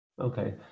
Okay